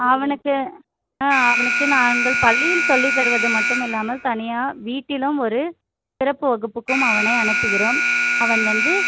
அவனுக்கு ஆ அவனுக்கு நாங்கள் பள்ளியில் சொல்லி தருவது மட்டுமில்லாமல் தனியாக வீட்டிலும் ஒரு சிறப்பு வகுப்புக்கும் அவனை அனுப்புகிறோம் அவன் வந்து